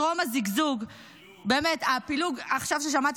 טרום הזיגזוג --- אני יכול לשאול אותך